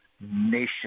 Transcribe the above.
nation